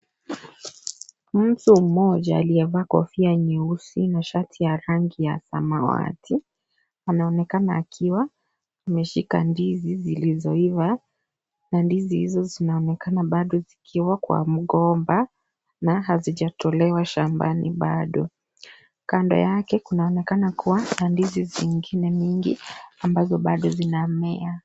Mtu mmoja aliyevaa kofia nyeusi na shati ya rangi ya samawati anaonekana akiwa ameshika ndizi zilizoiva na ndizi hizo zinaonekana bado zikiwa kwenye mgomba na hazijatolea shambani bado. Kando yake kunaonekana kuwa na ndizi zingine mingi ambazo bado zinamea.